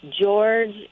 George